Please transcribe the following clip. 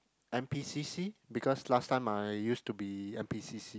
n_p_c_c because last time I used to be n_p_c_c